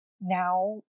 now